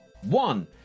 one